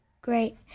great